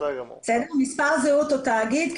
מספר זהות או תאגיד.